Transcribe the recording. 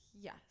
Yes